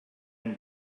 and